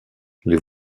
les